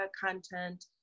content